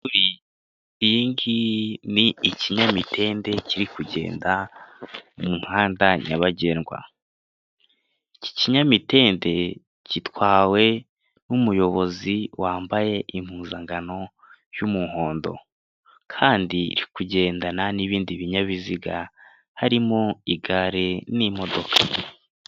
Iyi ngiyi ni ikinyamitende kiri kugenda mu muhanda nyabagendwa. Iki kinyamitende gitwawe n'umuyobozi wambaye impuzankano y'umuhondo, kandi kiri kugendana n'ibindi binyabiziga, harimo igare n'imodoka.